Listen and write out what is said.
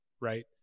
Right